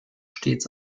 stets